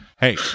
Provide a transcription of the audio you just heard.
Hey